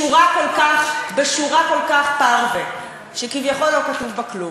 בשורה כל כך פרווה, שכביכול לא כתוב בה כלום.